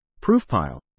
Proofpile